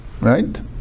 Right